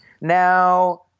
Now